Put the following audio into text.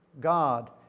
God